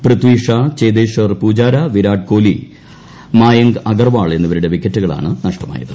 പൃഥി ഷാ ചേതേശ്വർ പൂജാര വിരാട് കോഹ്ലി മായങ്ക് അഗർവാൾ എന്നിവരുടെ വിക്കറ്റുകളാണ് നഷ്ടമായത്